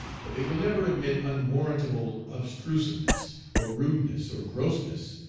but they will never admit unwarrantable obtrusiveness, or rudeness, or grossness,